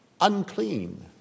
Unclean